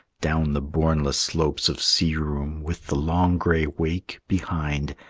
down the bournless slopes of sea-room, with the long gray wake behind,